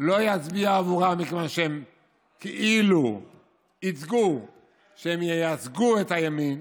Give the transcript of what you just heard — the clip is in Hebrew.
לא יצביע עבורם מכיוון שהם כאילו ייצגו את הימין,